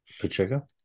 Pacheco